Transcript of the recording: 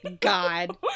god